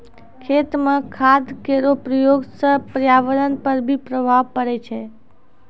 खेत म खाद केरो प्रयोग सँ पर्यावरण पर भी प्रभाव पड़ै छै